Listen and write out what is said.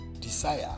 desire